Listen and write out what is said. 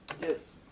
Yes